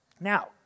now